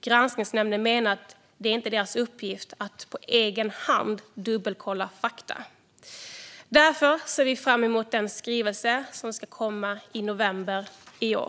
Granskningsnämnden menar att det inte är dess uppgift att på egen hand dubbelkolla fakta. Därför ser vi fram emot den skrivelse som ska komma i november i år.